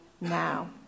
now